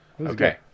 Okay